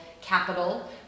capital